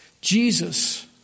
Jesus